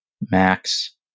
Max